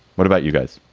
what about you guys?